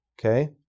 okay